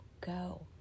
go